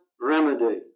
remedy